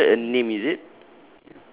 oh it's stated a name is it